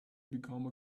become